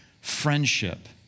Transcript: friendship